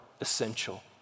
essential